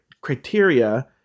criteria